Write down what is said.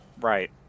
Right